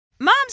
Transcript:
moms